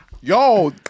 Yo